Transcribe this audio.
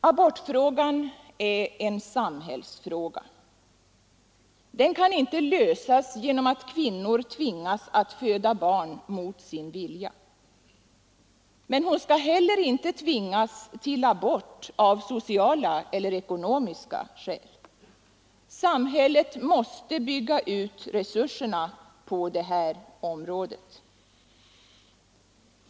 Abortfrågan är en samhällsfråga. Den kan inte lösas genom att kvinnor tvingas att föda barn mot sin vilja. Men kvinnan skall heller inte tvingas till abort av sociala eller ekonomiska skäl. Samhället måste bygga ut resurserna på det här området.